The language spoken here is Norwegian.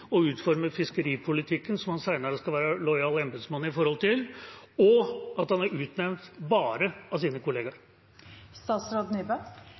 og utforme fiskeripolitikken som han senere skal være lojal embetsmann for, og at han er utnevnt av bare sine